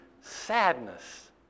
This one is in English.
sadness